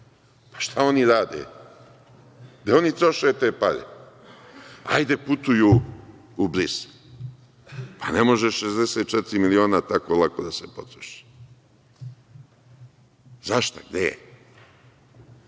pa šta oni rade? Gde oni troše te pare? Ajde, putuju u Brisel. Pa ne može 64 miliona tako lako da se potroši. Za šta? Gde?